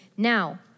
Now